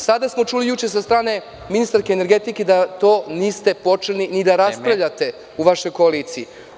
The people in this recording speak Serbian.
Sada smo čuli juče, sa strane ministarke energetike da to niste počeli ni da raspravljate u vašoj koaliciji.